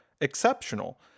exceptional